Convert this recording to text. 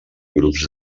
grups